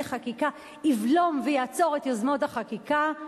חקיקה יבלום ויעצור את יוזמות החקיקה,